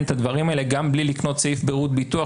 את הדברים האלה גם בלי לקנות סעיף ברות ביטוח,